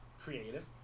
creative